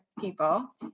people